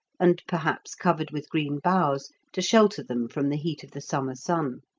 and perhaps covered with green boughs to shelter them from the heat of the summer sun.